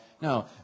no